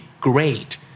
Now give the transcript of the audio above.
great